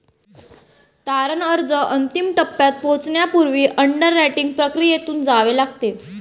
तारण अर्ज अंतिम टप्प्यात पोहोचण्यापूर्वी अंडररायटिंग प्रक्रियेतून जावे लागते